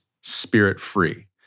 spirit-free